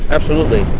absolutely.